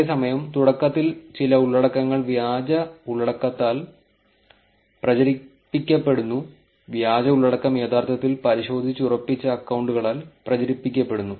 അതേസമയം തുടക്കത്തിൽ ചില ഉള്ളടക്കങ്ങൾ വ്യാജ ഉള്ളടക്കത്താൽ പ്രചരിപ്പിക്കപ്പെടുന്നു വ്യാജ ഉള്ളടക്കം യഥാർത്ഥത്തിൽ പരിശോധിച്ചുറപ്പിച്ച അക്കൌണ്ടുകളാൽ പ്രചരിപ്പിക്കപ്പെടുന്നു